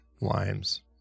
limes